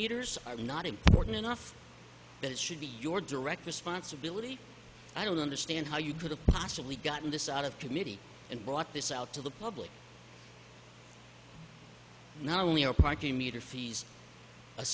are not important enough that it should be your direct responsibility i don't understand how you could have possibly gotten this out of committee and brought this out to the public not only a parking meter fees a